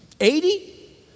Eighty